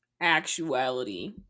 actuality